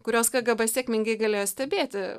kuriuos kgb sėkmingai galėjo stebėti